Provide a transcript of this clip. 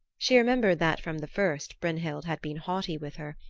she remembered that from the first brynhild had been haughty with her,